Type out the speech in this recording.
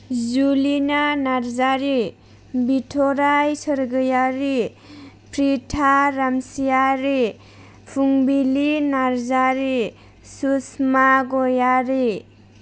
Julina Narzary Bithorai Swargiary Pritha Ramchiary Phungbili Narzary Sushma Gayari